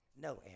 No